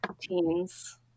teens